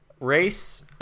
Race